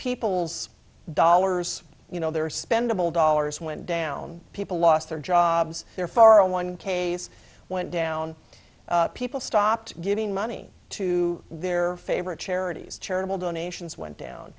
people's dollars you know their spendable dollars went down people lost their jobs their far on one case went down people stopped giving money to their favorite charities charitable donations went down